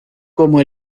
como